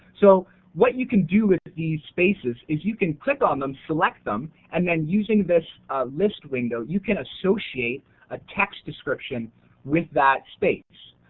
so what you can do with these spaces is you can click on them, select them and then using this list window you can associate a text description with that space.